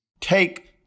take